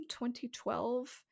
2012